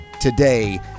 today